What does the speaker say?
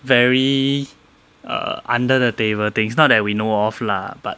very err under the table things not that we know of lah but